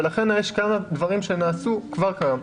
ולכן יש כמה דברים שנעשו כבר כיום.